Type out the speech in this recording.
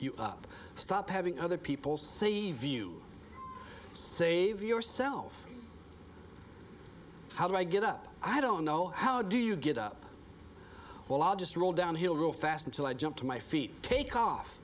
you up stop having other people save you save yourself how do i get up i don't know how do you get up well i'll just roll downhill real fast until i jump to my feet take off